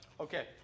Okay